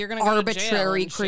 arbitrary